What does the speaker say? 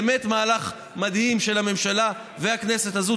באמת מהלך מדהים של הממשלה והכנסת הזו.